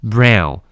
Brown